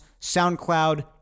SoundCloud